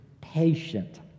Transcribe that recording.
patient